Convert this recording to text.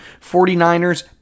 49ers